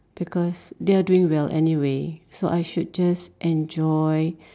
because they are doing well anyway so I should just enjoy